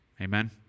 Amen